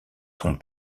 son